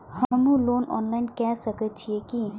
हमू loan online के सके छीये की?